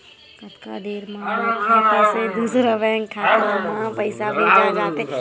कतका देर मा मोर खाता से दूसरा बैंक के खाता मा पईसा भेजा जाथे?